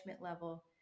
level